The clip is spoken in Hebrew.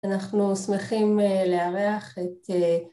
‫אנחנו שמחים לארח את...